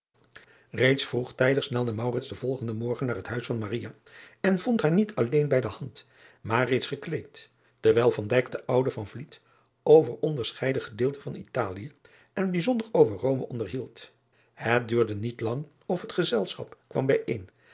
eeds vroegtijdig snelde den volgenden morgen naar het huis en vond haar niet alleen bij de hand maar reeds gekleed terwijl den ouden over onderscheiden gedeelten van talie en bijzonder over ome onderhield et duurde niet lang of het gezelschap kwam